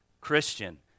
Christian